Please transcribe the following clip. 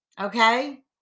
Okay